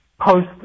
post